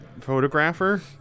photographer